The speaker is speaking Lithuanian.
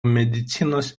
medicinos